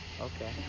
Okay